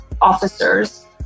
officers